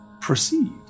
Proceed